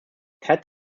ted